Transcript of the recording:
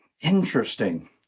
Interesting